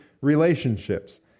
relationships